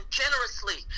generously